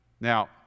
Now